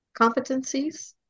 competencies